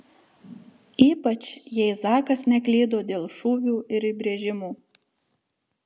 ypač jei zakas neklydo dėl šūvių ir įbrėžimų